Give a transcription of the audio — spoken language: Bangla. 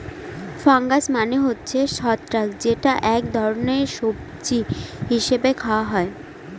ফাঙ্গাস মানে হচ্ছে ছত্রাক যেটা এক ধরনের সবজি হিসেবে খাওয়া হয়